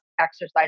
Exercise